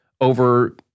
over